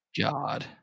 God